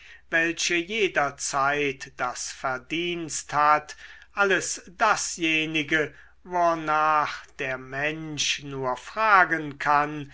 welche jederzeit das verdienst hat alles dasjenige wornach der mensch nur fragen kann